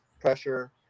pressure